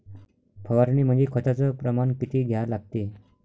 फवारनीमंदी खताचं प्रमान किती घ्या लागते?